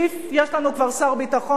יש לנו כבר שר ביטחון כזה.